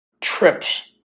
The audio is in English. trips